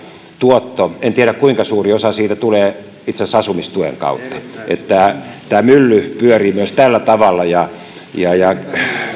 tuotto en tiedä kuinka suuri osa siitä tulee itse asiassa asumistuen kautta tämä mylly pyörii myös tällä tavalla oikeastaan